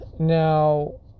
Now